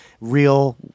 real